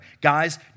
Guys